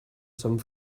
sant